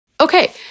Okay